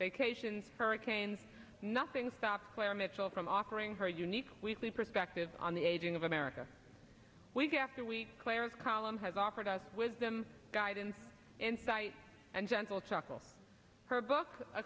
up cations hurricanes nothing stops claire mitchell from offering her unique weekly perspective on the aging of america week after week claire's column has offered us wisdom guidance insight and gentle chuckle her book a